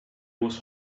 was